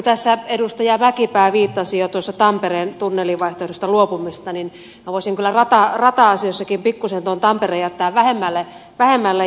kun edustaja mäkipää viittasi jo tuossa tampereen tunnelivaihtoehdosta luopumiseen niin minä voisin kyllä rata asioissakin pikkuisen tuon tampereen jättää vähemmälle